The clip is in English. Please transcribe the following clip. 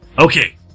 Okay